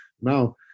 Now